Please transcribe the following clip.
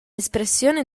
espressione